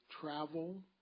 travel